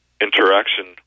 interaction